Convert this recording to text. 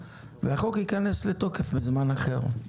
והחוק ייכנס לתוקף בזמן אחר.